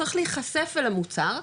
צריך להיחשף אל המוצר,